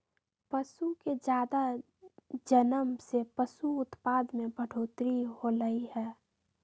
पशु के जादा जनम से पशु उत्पाद में बढ़ोतरी होलई ह